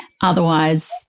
otherwise